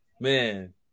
man